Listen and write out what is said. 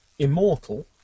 Immortal